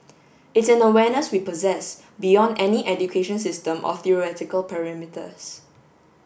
it's an awareness we possess beyond any education system or theoretical perimeters